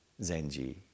Zenji